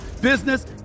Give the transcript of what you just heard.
business